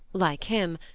like him,